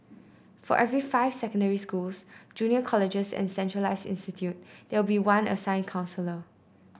for every five secondary schools junior colleges and centralised institute there will be one assigned counsellor